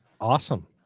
Awesome